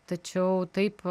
tačiau taip